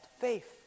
faith